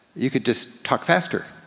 you could just talk faster.